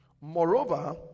moreover